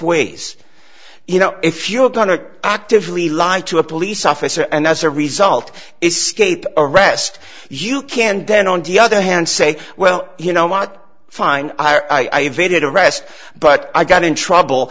ways you know if you're going to actively lie to a police officer and as a result escape arrest you can dent on the other hand say well you know what fine i evaded arrest but i got in trouble